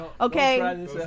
Okay